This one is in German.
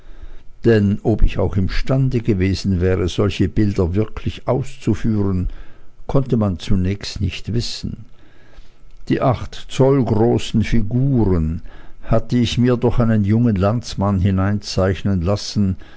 denn ob ich auch imstande gewesen wäre solche bilder wirklich auszuführen konnte man zunächst nicht wissen die acht zoll großen figuren hatte ich mir durch einen jungen landsmann hineinzeichnen lassen